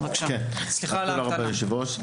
מורי אופק חדש אחרי 36 שנות ותק,